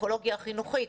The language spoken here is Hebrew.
הפסיכולוגי החינוכי,